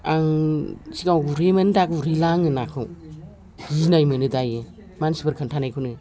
आं सिगाङाव गुरहैयोमोन दा गुरहैला आं नाखौ गिनाय मोनो दायो मानसिफोर खोनथानायखौनो